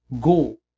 go